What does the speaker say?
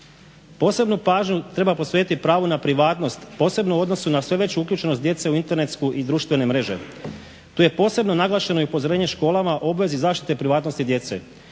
Posebnu pažnju treba posvetiti pravu na privatnost, posebno u odnosu na sve veću uključenost djece u internetsku i društvene mreže. Tu je posebno naglašeno i upozorenje školama obvezi zaštiti privatnosti djece,